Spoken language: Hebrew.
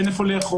אין איפה לאכול,